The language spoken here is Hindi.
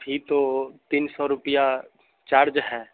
थी तो तीन सौ रुपया चार्ज है